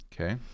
Okay